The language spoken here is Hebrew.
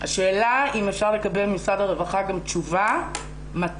השאלה אם אפשר לקבל משר הרווחה גם תשובה מתי